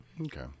Okay